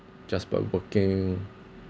just by working